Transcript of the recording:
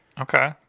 Okay